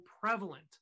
prevalent